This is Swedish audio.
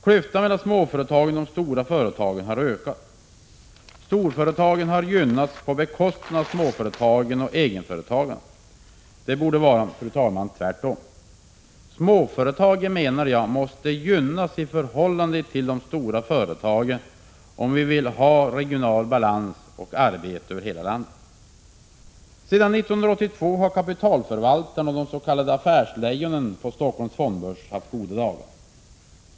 Klyftan mellan småföretagen och de stora företagen har ökat. Storföretagen har gynnats på bekostnad av småföretagen och egenföretagarna. Det borde vara tvärtom. Småföretagen, menar jag, måste gynnas i förhållande till de stora företagen, om vi vill ha regional balans och arbete över hela landet. Sedan 1982 har kapitalförvaltarna och de s.k. affärslejonen på Stockholms fondbörs haft goda dagar.